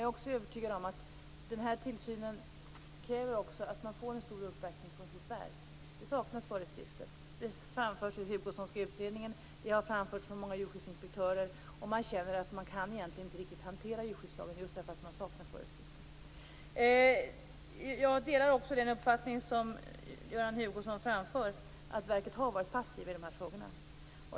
Jag är också övertygad om att denna tillsyn kräver att man får en stor uppbackning från verket. Det saknas föreskrifter. Det framförs i den Hugosonska utredningen, och det har framförts av många djurskyddsinspektörer. Man känner att man egentligen inte kan hantera djurskyddslagen just därför att man saknar föreskrifter. Jag delar också den uppfattning som Göran Hugoson framför att verket har varit passiv i de här frågorna.